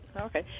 Okay